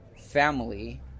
family